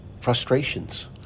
frustrations